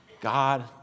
God